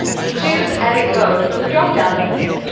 choose edit code from the drop-down menu.